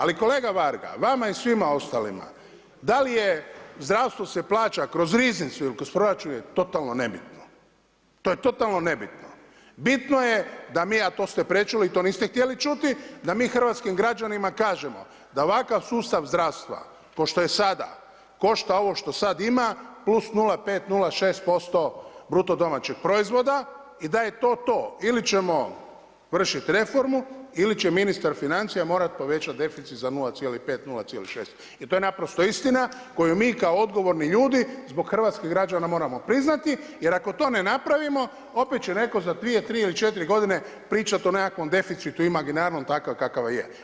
Ali kolega Varga, vama i svima ostalima da li se zdravstvo plaća kroz riznicu ili kroz proračun je totalno nebitno, to je totalno nebitno. bitno je da mi, a to ste prečuli to niste htjeli čuti da mi hrvatskim građanima kažemo da ovakav sustav zdravstva ko što je sada košta ovo što sada ima plus 0,5, 0,6% BDP-a i da je to, to ili ćemo vršiti reformu ili će ministar financija morati povećati deficit za 0,5, 0,6 i to je istina koju mi kao odgovorni ljudi zbog hrvatskih građana moramo priznati jer ako to ne napravimo opet će netko za dvije, tri ili četiri godine pričati o nekakvom deficitu imaginarnom takav kakav je.